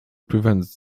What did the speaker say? prevents